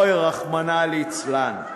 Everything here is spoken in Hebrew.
אוי, רחמנא ליצלן.